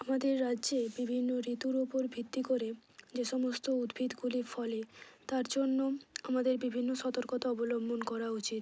আমাদের রাজ্যে বিভিন্ন ঋতুর ওপর ভিত্তি করে যে সমস্ত উদ্ভিদগুলি ফলে তার জন্য আমাদের বিভিন্ন সর্তকতা অবলম্বন করা উচিত